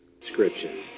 Description